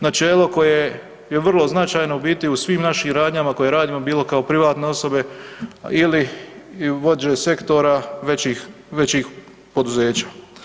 Načelo koje je vrlo značajno u biti u svim našim radnjama koje radimo bilo kao privatne osobe ili vođe sektora većih poduzeća.